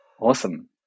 Awesome